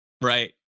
right